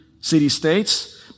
city-states